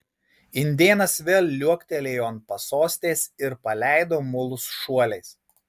indėnas vėl liuoktelėjo ant pasostės ir paleido mulus šuoliais